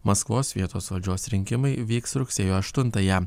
maskvos vietos valdžios rinkimai įvyks rugsėjo aštuntąją